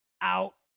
out